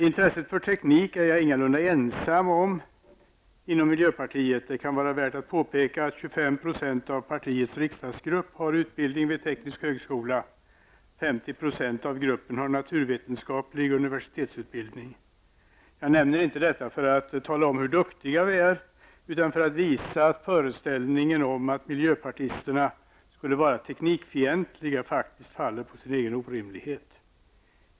Intresset för teknik är jag ingalunda ensam om inom miljöpartiet. Det kanske kan vara värt att påpeka att 20 % av partiets riksdagsgrupp har sin utbildning från teknisk högskola, och 50 % av gruppen har naturvetenskaplig universitetsutbildning. Jag nämner inte detta för att tala om hur duktiga vi är, utan för att visa att föreställningen att miljöpartisterna skulle vara teknikfientliga faktiskt faller på sin egen orimlighet.